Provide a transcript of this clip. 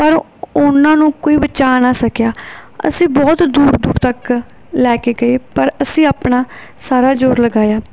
ਪਰ ਉਹਨਾਂ ਨੂੰ ਕੋਈ ਬਚਾ ਨਾ ਸਕਿਆ ਅਸੀਂ ਬਹੁਤ ਦੂਰ ਦੂਰ ਤੱਕ ਲੈ ਕੇ ਗਏ ਪਰ ਅਸੀਂ ਆਪਣਾ ਸਾਰਾ ਜੋਰ ਲਗਾਇਆ